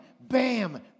bam